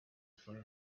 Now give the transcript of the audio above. for